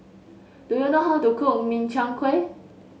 do you know how to cook Min Chiang Kueh